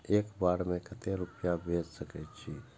एक बार में केते रूपया भेज सके छी?